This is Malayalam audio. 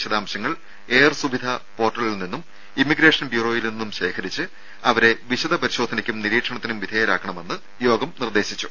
വിശദാംശങ്ങൾ എയർ സുവിധ പോർട്ടലിൽ നിന്നും ഇമിഗ്രേഷൻ ബ്യൂറോയിൽ നിന്നും ശേഖരിച്ച് അവരെ വിശദ പരിശോധനയ്ക്കും നിരീക്ഷണത്തിനും വിധേയരാക്കണമെന്ന് കേന്ദ്രം നിർദേശിച്ചു